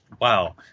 wow